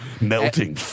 melting